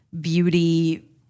beauty